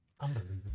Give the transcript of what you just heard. Unbelievable